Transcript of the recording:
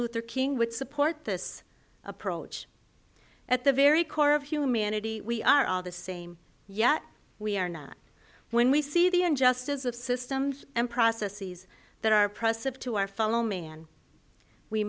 luther king would support this approach at the very core of humanity we are all the same yet we are not when we see the injustice of systems and processes that our press have to our fellow man we